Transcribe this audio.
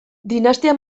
dinastia